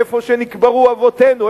איפה שנקברו אבותינו,